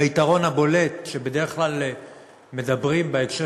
היתרון הבולט שבדרך כלל מדברים עליו בהקשר